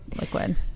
liquid